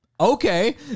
okay